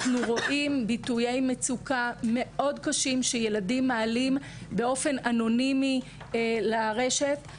רואים ביטויי מצוקה קשים שילדים מעלים באופן אנונימי לרשת.